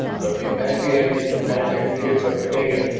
but the apache has the companionship of the ga-n.